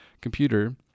computer